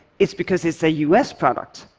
it's because it's a us product.